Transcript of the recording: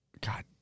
god